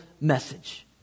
message